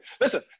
Listen